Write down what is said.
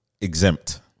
exempt